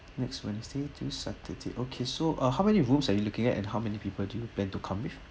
next wednesday to saturday okay so uh how many rooms are you looking at and how many people do you plan to come with